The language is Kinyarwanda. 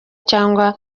cyane